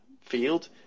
field